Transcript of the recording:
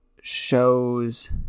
shows